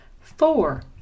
four